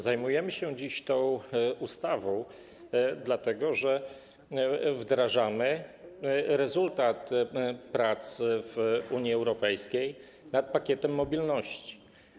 Zajmujemy się dziś tą ustawą, dlatego że wdrażamy rezultat prac w Unii Europejskiej nad Pakietem Mobilności.